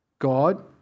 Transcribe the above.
God